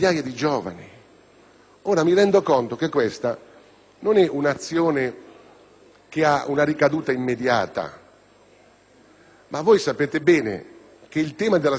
Mi rendo conto che questa azione non ha una ricaduta immediata, ma voi sapete bene che il tema della sicurezza